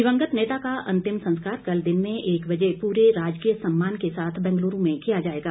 दिवंगत नेता का अंतिम संस्कार कल दिन में एक बजे पूरे राजकीय सम्मान के साथ बेंगलूरु में किया जाएगा